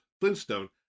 Flintstone